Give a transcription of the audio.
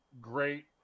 great